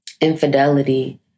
infidelity